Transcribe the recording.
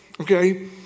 okay